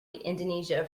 indonesia